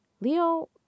leo